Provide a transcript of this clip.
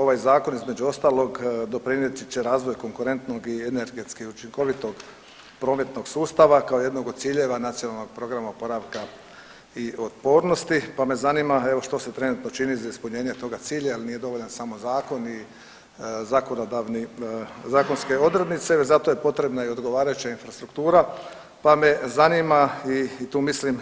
Ovaj Zakon između ostalog doprinijeti će razvoj konkurentnog i energetski učinkovitog prometnog sustava kao jednog od ciljeva nacionalnog programa oporavka i otpornosti, pa me zanima evo što se trenutno čini za ispunjenje toga cilja, jer nije dovoljan samo Zakon i Zakonske odrednice, zato je potrebna i odgovarajuća infrastruktura, pa me zanima i tu mislim